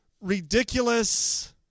ridiculous